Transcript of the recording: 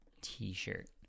t-shirt